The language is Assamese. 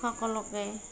সকলোকে